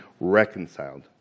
reconciled